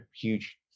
huge